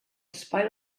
spite